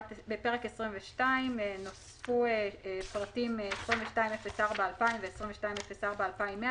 בפרק 22 נוספו פרטים 22042000 ו-22042100,